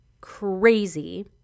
crazy